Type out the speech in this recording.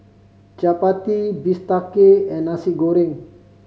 chappati bistake and Nasi Goreng